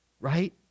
Right